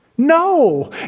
No